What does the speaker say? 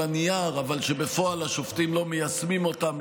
הנייר אבל בפועל השופטים לא מיישמים אותם,